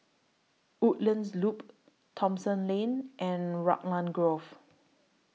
Woodlands Loop Thomson Lane and Raglan Grove